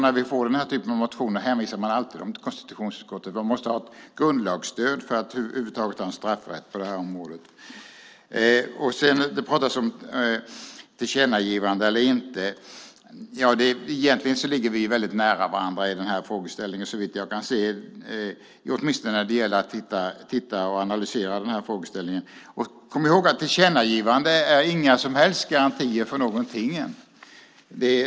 När vi får den här typen av motioner hänvisas de alltid till konstitutionsutskottet. Man måste ha ett grundlagsstöd för att över huvud taget ha en straffrätt på det här området. Det pratas om tillkännagivande eller inte. Egentligen ligger vi väldigt nära varandra i den här frågeställningen såvitt jag kan se, åtminstone när det gäller att titta på och analysera den här frågeställningen. Kom ihåg att tillkännagivanden inte är några som helst garantier för någonting.